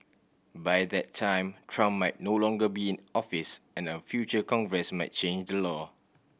by that time Trump might no longer be in office and a future Congress might change the law